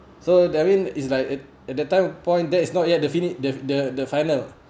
so that mean it's like at at that time of point that is not yet to finish the the the final